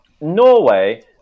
Norway